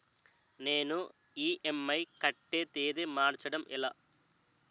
నేను ఇ.ఎం.ఐ కట్టే తేదీ మార్చడం ఎలా?